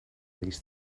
these